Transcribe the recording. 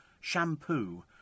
shampoo